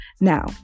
now